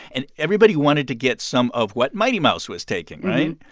and everybody wanted to get some of what mighty mouse was taking, right?